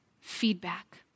feedback